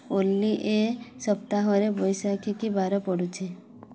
ଓଲ୍ଲୀ ଏ ସପ୍ତାହରେ ବୈଶାଖୀ କି ବାର ପଡ଼ୁଛି